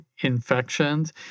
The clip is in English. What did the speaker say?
infections